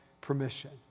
permission